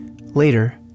Later